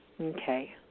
Okay